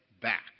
back